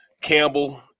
Campbell